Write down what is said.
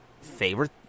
favorite